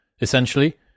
essentially